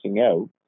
out